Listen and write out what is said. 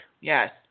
Yes